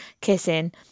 kissing